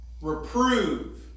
reprove